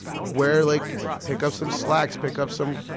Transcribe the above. wear like pick up some slacks, pick up some,